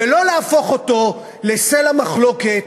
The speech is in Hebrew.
ולא להפוך אותו לסלע מחלוקת,